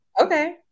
okay